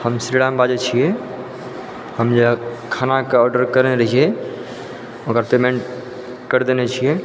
हम श्रीराम बाजै छी हम जे खाना के आर्डर केने रहियै ओकर पेमेन्ट कर देने छियै